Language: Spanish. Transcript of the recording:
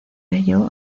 ello